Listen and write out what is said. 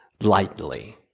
lightly